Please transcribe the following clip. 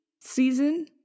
season